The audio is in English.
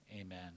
Amen